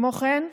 כמו כן,